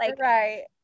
right